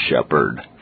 Shepherd